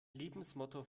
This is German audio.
lebensmotto